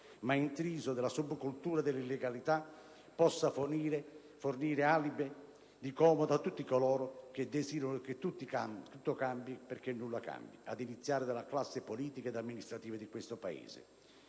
ma intriso della subcultura dell'illegalità possa fornire alibi di comodo a tutti coloro che desiderano che tutto cambi perché nulla cambi, ad iniziare dalla classe politica ed amministrativa di questo Paese.